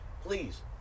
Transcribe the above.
please